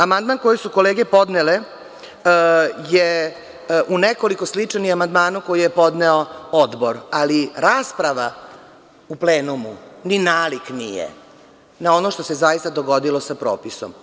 Amandman koji su kolege podnele je u nekoliko sličan i amandmanu koji je podneo odbor, ali rasprava u plenumu ni nalik nije na ono što se zaista dogodilo sa propisom.